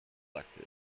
elected